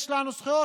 יש לנו זכויות.